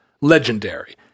Legendary